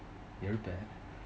எழுப்பந்:ezhupan